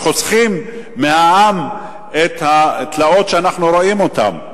וחוסכים מהעם את התלאות שאנחנו רואים אותן?